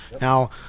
Now